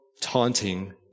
taunting